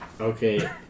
Okay